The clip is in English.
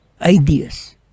ideas